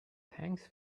thanks